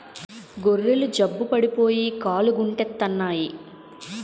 గొర్రెలు జబ్బు పడిపోయి కాలుగుంటెత్తన్నాయి